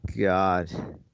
God